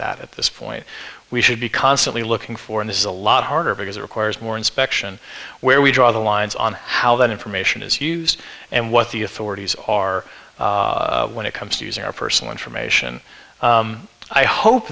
that at this point we should be constantly looking for in this is a lot harder because it requires more inspection where we draw the lines on how that information is used and what the authorities are when it comes to using our personal information i hope